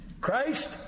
Christ